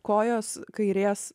kojos kairės